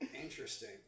Interesting